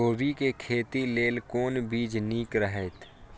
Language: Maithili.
कोबी के खेती लेल कोन बीज निक रहैत?